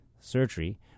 surgery